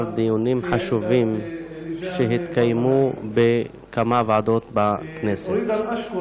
דיונים חשובים שהתקיימו בכמה ועדות בכנסת.